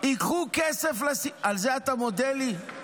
תיקחו כסף, על זה אתה מודה לי?